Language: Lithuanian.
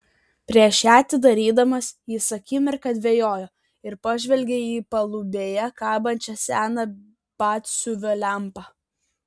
prieš ją atidarydamas jis akimirką dvejojo ir pažvelgė į palubėje kabančią seną batsiuvio lempą